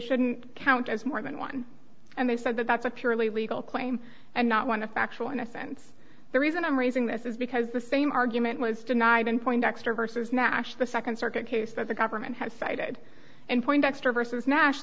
shouldn't count as more than one and they said that that's a purely legal claim and not one of factual innocence the reason i'm raising this is because the same argument was denied in poindexter versus nash the second circuit case that the government has cited and poindexter versus nash